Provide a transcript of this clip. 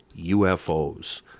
ufos